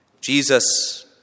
Jesus